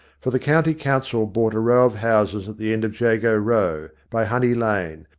for the county council bought a row of houses at the end of jago row, by honey lane,